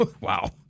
Wow